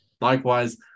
likewise